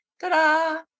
Ta-da